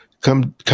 come